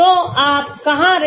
तो आप कहां रेखा खींचते हैं